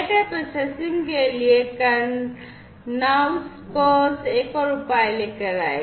data processing के लिए Karnouskos एक और उपाय लेकर आए